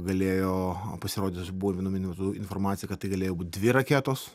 galėjo pasirodęs buvo vinu mi metu informacija kad tai galėjo būt dvi raketos